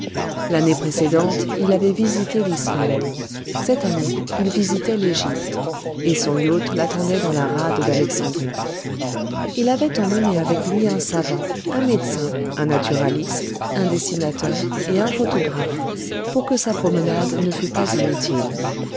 l'année précédente il avait visité l'islande cette année il visitait l'égypte et son yacht l'attendait dans la rade d'alexandrie il avait emmené avec lui un savant un médecin un naturaliste un dessinateur et un photographe pour que sa promenade ne fût pas inutile